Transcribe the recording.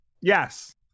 Yes